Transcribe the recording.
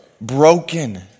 broken